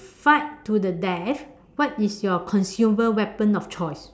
fight to the death what is your consumer weapon of choice